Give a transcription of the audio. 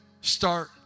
start